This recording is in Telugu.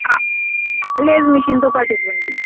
లేదు మిషన్ తో పాటివ్వండి